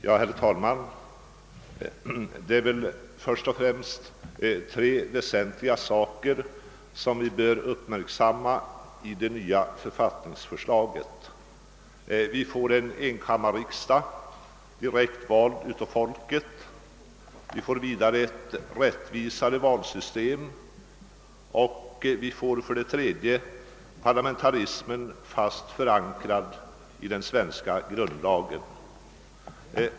Herr talman! Det är tre väsentliga saker som främst bör uppmärksammas i förslaget till ny författning. Den första är att vi får en enkammarriksdag direkt vald av folket, den andra att vi får ett mera rättvist valsystem och den tredje att vi får parlamentarismen fast förankrad i den svenska grundlagen.